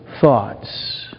thoughts